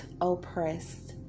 oppressed